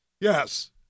Yes